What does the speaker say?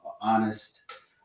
honest